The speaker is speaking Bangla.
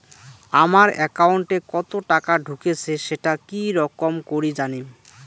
আমার একাউন্টে কতো টাকা ঢুকেছে সেটা কি রকম করি জানিম?